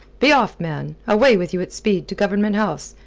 be off, man away with you at speed to government house!